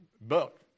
book